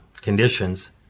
conditions